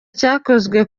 cyakozwe